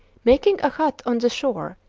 making a hut on the shore,